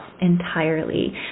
entirely